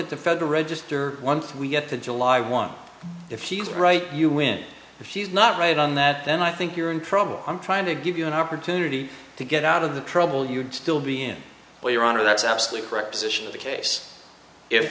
at the federal register one thing we get to july one if she's right you win if she's not right on that then i think you're in trouble i'm trying to give you an opportunity to get out of the trouble you'd still be in where your honor that's absolutely correct position of the case